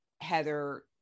Heather